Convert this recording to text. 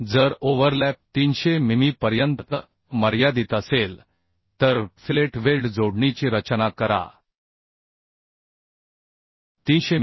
जर ओव्हरलॅप 300 मिमी पर्यंत मर्यादित असेल तर फिलेट वेल्ड जोडणीची रचना करा 300 मि